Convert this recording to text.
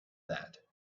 that